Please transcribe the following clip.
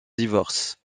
divorce